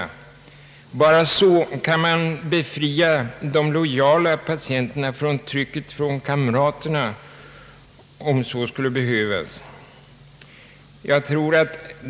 Endast på det sättet kan man befria de lojala patienterna från trycket från kamraterna om så skulle behövas.